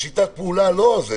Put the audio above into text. שיטת הפעולה לא נכונה,